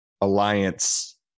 alliance